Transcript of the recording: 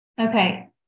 okay